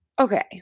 Okay